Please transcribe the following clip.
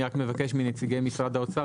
אני רק מבקש מנציגי משרד האוצר,